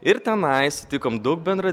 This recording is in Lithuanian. ir tenai sutikom du bendra